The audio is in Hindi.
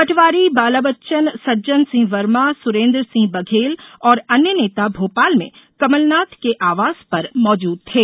पटवारी बाला बच्चन सज्जन सिंह वर्मा सुरेन्द्र सिंह बघेल और अन्य नेता भोपाल में कमलनाथ के आवास पर मौजूद थे